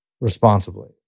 responsibly